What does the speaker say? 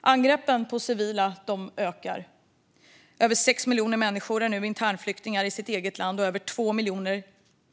Angreppen på civila ökar. Över 6 miljoner människor är nu internflyktingar i sitt eget land. Och över 2 miljoner,